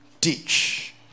Teach